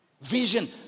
Vision